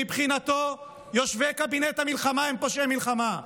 מבחינתו, יושבי קבינט המלחמה הם פושעי מלחמה.